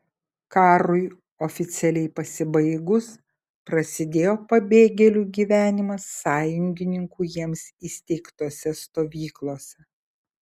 karui oficialiai pasibaigus prasidėjo pabėgėlių gyvenimas sąjungininkų jiems įsteigtose stovyklose